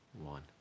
one